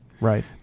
Right